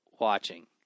watching